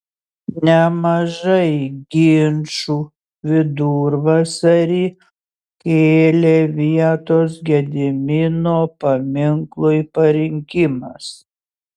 nemažai ginčų vidurvasarį kėlė vietos gedimino paminklui parinkimas